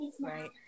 Right